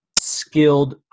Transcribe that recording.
skilled